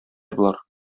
болар